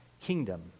kingdom